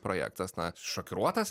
projektas na šokiruotas